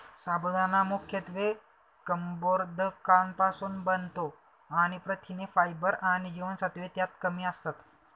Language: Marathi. साबुदाणा मुख्यत्वे कर्बोदकांपासुन बनतो आणि प्रथिने, फायबर आणि जीवनसत्त्वे त्यात कमी असतात